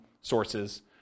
sources